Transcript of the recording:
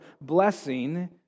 blessing